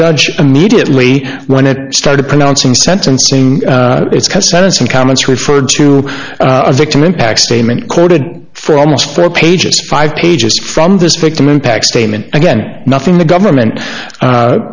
judge immediately when it started pronouncing sentencing it's been some comments referred to a victim impact statement quoted for almost four pages five pages from this victim impact statement again nothing the government